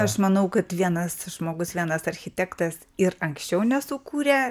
aš manau kad vienas žmogus vienas architektas ir anksčiau nesukūrė